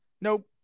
Nope